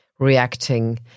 reacting